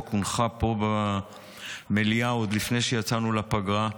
הונחה פה במליאה עוד לפני שיצאנו לפגרה.